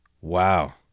Wow